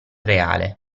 reale